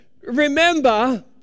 Remember